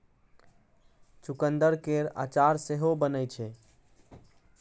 चुकंदर केर अचार सेहो बनै छै